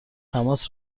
تماس